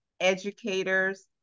educators